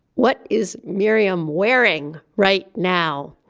what is miriam wearing right now?